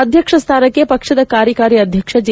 ಅಧ್ಯಕ್ಷ ಸ್ಥಾನಕ್ಷೆ ಪಕ್ಷದ ಕಾರ್ಯಕಾರಿ ಅಧ್ಯಕ್ಷ ಜೆ